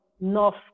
north